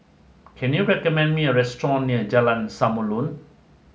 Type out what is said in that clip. can you recommend me a restaurant near Jalan Samulun